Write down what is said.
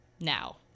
now